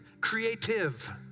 creative